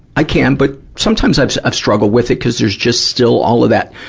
i can. but sometimes i've, i've struggled with it, cuz there's just still all of that,